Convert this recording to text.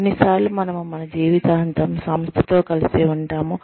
కొన్నిసార్లు మనము మన జీవితాంతం సంస్థతో కలిసి ఉంటాము